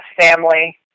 family